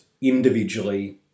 individually